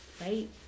right